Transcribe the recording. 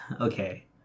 Okay